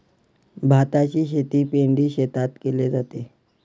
भाताची शेती पैडी शेतात केले जाते